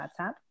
WhatsApp